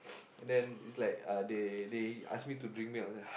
and then it's like ah they they ask me to drink milk